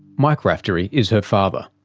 mike raftery is her father.